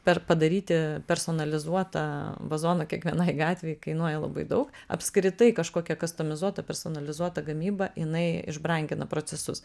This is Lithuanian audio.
per padaryti personalizuotą vazoną kiekvienai gatvei kainuoja labai daug apskritai kažkokia kustomizuota personalizuota gamyba jinai išbrangina procesus